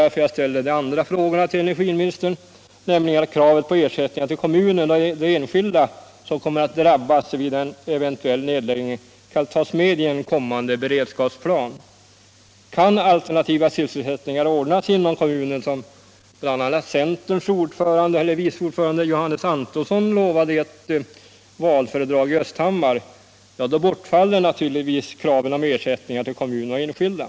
Därför ställde jag de andra frågorna till energiministern = sysselsättningen för som rörde kravet på att ersättningar till kommunen och de enskilda som = anställda vid kommer att drabbas vid en nedläggning skall tas med i en kommande = kärnkraftsbyggen, beredskapsplan. Kan alternativa sysselsättningar ordnas inom kommuom.m. nen, som bl.a. centerns vice ordförande Johannes Antonsson lovade i valföredrag i Östhammar, ja, då bortfaller naturligtvis kraven på ersättningar till kommun och enskilda.